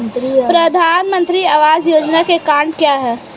प्रधानमंत्री आवास योजना के खंड क्या हैं?